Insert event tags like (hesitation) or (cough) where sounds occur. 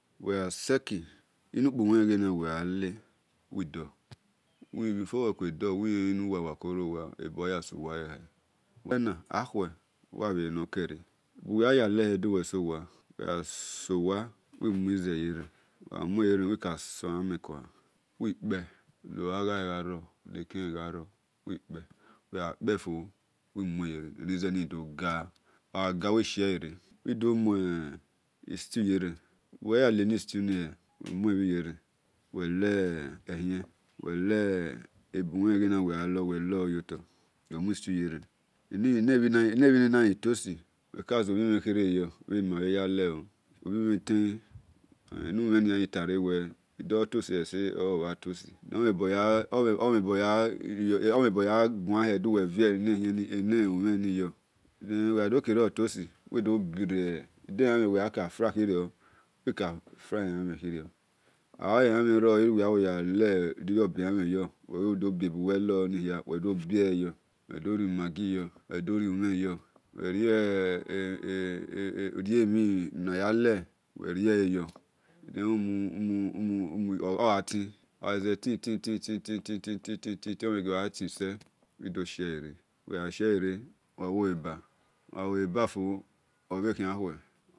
Uwe gha seki inu-ukpu nor yan suwa ya le uwighi doh wikahen inuwa no korowa awe gha le bhor ele-na uwi-la bho akhue buwe khia ya hebebahe wi-kpe noha gha egharo, uwe gha luonifo uwi dho tin-stew (hesitation) wighi-se ebhi yoi eni-bhi gha tosi uwighi sazumhen yo enumheni-khiatan ra-we sotosi ese (hesitation) omheboya-guanhe duwe vie-eneyo den uwi-deh fry elan mhe, ehanmhe mhagha row urimaggi yo odo-ghia tin tin uwi doghiere uwioleba uwagha-leba fo obhekhiatehua.